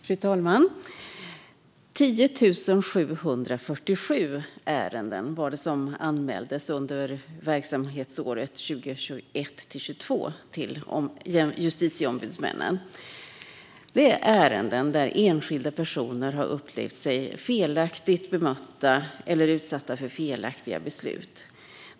Fru talman! 10 747 ärenden anmäldes till Justitieombudsmannen under verksamhetsåret 2021/22. Det är ärenden där enskilda personer upplevt sig felaktigt bemötta eller utsatta för felaktiga beslut.